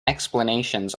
explanations